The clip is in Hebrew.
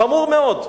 חמור מאוד,